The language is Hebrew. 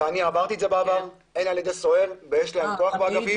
ואני בעבר עברתי את זה על ידי סוהר ויש להם כוח באגפים.